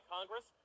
Congress